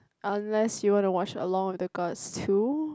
unless you want to watch along with the Gods two